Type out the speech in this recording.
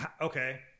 Okay